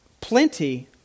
plenty